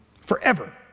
Forever